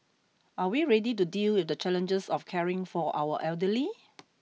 are we ready to deal with the challenges of caring for our elderly